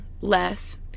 less